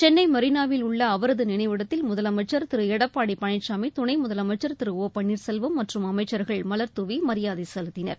சென்னை மெரினாவில் உள்ள அவரது நினைவிடத்தில் முதலமைச்சர் திரு எடப்பாடி பழனிசாமி துணை முதலமைச்சர் திரு ஒ பன்னீர்செல்வம் மற்றும் அமைச்சர்கள் மலர்தூவி மரியாதை செலுத்தினர்